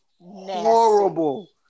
horrible